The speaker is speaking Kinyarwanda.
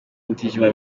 mutijima